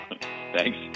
Thanks